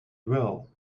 will